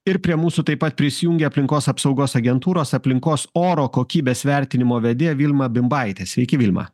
ir prie mūsų taip pat prisijungė aplinkos apsaugos agentūros aplinkos oro kokybės vertinimo vedėja vilma bimbaitė sveiki vilma